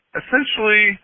essentially